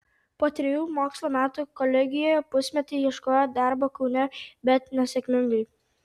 po trejų mokslo metų kolegijoje pusmetį ieškojo darbo kaune bet nesėkmingai